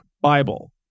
Bible